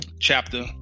chapter